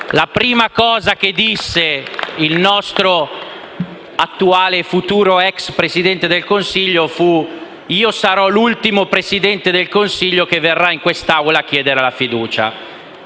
la prima cosa che disse il nostro attuale (e futuro ex) Presidente del Consiglio fu: io sarò l'ultimo Presidente del Consiglio che verrà in quest'Aula a chiedere la fiducia.